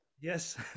Yes